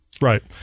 Right